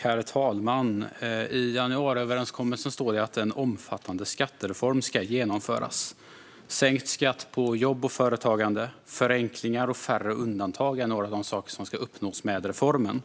Herr talman! I januariöverenskommelsen står att en omfattande skattereform ska genomföras. Sänkt skatt på jobb och företagande, förenklingar samt färre undantag är några av de saker som ska uppnås med reformen.